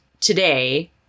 today